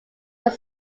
were